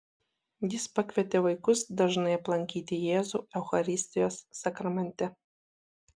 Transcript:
jis pakvietė vaikus dažnai aplankyti jėzų eucharistijos sakramente